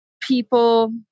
people